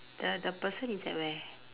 the the person is at where